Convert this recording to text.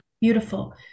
Beautiful